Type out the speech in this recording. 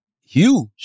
huge